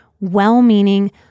well-meaning